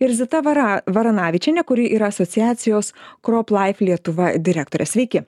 ir zita vara varanavičienė kuri yra asociacijos krop laif lietuva direktorė sveiki